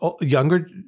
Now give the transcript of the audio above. younger